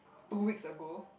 two weeks ago